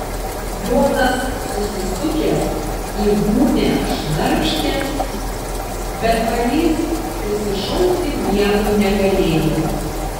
jonas susisukęs į gūnią šnarpštė bet palys prisišaukti miego negalėjo